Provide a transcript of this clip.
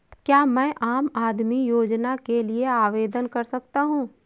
क्या मैं आम आदमी योजना के लिए आवेदन कर सकता हूँ?